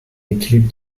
équilibre